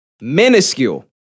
Minuscule